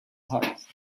heart